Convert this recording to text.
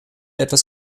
etwas